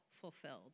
fulfilled